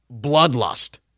bloodlust